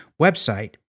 website